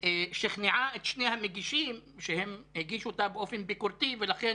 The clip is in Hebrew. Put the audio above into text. ששכנעה את שני המגישים שהגישו את ההצעה לסדר היום ולכן